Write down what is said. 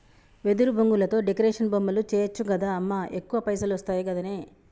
వెదురు బొంగులతో డెకరేషన్ బొమ్మలు చేయచ్చు గదా అమ్మా ఎక్కువ పైసలొస్తయి గదనే